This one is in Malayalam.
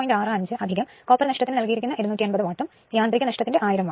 65 കോപ്പർ നഷ്ടത്തിന് നൽകിയിരിക്കുന്ന 250 വാട്ടും യാന്ത്രിക നഷ്ടത്തിന്റെ 1000 വാട്ടും